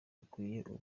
hakwiye